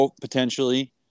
potentially